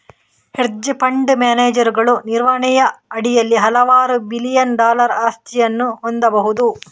hedge fund ಮ್ಯಾನೇಜರುಗಳು ನಿರ್ವಹಣೆಯ ಅಡಿಯಲ್ಲಿ ಹಲವಾರು ಬಿಲಿಯನ್ ಡಾಲರ್ ಆಸ್ತಿಗಳನ್ನು ಹೊಂದಬಹುದು